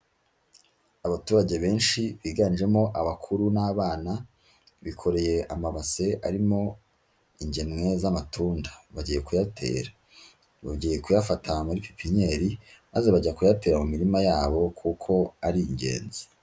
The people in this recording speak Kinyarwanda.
Abaturage benshi biganjemo abakuru n'abana, bikoreye amabase arimo ingemwe z'amatunda bagiye kuyatera, bogiye kuyafata muri pipiniyeri maze bajya kuyatera mu mirima yabo kuko ari ingenzi.